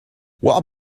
what